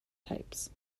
types